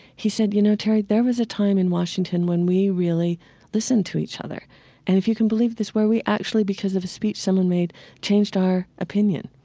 he said, you know terry, there was a time in washington when we really listened to each other, and if you can believe this, where we actually because of speech someone made changed our opinion.